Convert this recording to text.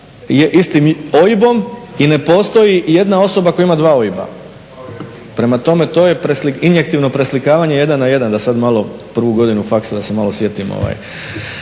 sa istim OIB-om i ne postoji jedna osoba koja ima dva OIB-a. prema tome to je injektivno preslikavanje jedan na jedan da sada malo prvu godinu faksa da se malo sjetim